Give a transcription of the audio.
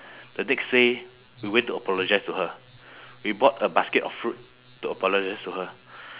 the next day we went to apologise to her we bought a basket of fruit to apologise to her